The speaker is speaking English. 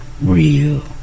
real